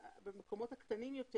שבמקומות הקטנים יותר